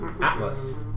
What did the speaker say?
Atlas